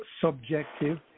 subjective